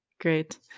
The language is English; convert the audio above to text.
Great